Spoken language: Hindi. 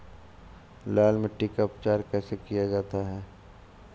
लाल मिट्टी का उपचार कैसे किया जाता है?